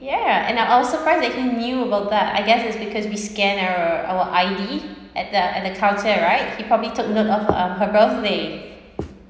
yeah and I was surprised he knew about that I guess is because we scan uh our I D at the at the counter right he probably took note of um her birthday